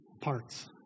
parts